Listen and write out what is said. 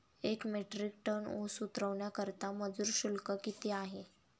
एक metric ton ऊस उतरवण्याकरता मजूर शुल्क किती आहे?